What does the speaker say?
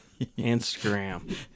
Instagram